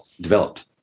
developed